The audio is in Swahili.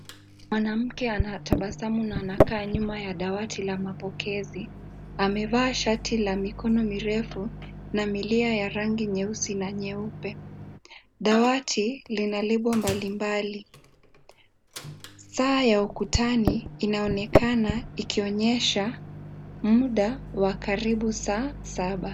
Mwanamke anatabasamu na anakaa nyuma ya dawati ya mapokezi. Amevaa shati la mikono mirefu na milia ya rangi nyeusi na nyeupe. Dawati, lina label mbalimbali. Saa ya ukutani, inaonekana ikionyesha muda wa karibu saa saba.